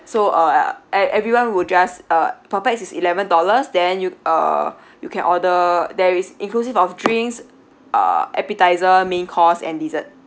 so err e~ everyone will just uh per pax is eleven dollars then you uh you can order there is inclusive of drinks uh appetiser main course and dessert